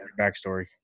backstory